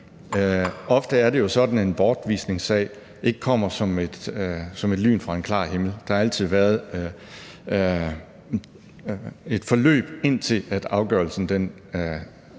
Ofte er det jo sådan, at en bortvisningssag ikke kommer som et lyn fra en klar himmel; der har altid været et forløb, indtil afgørelsen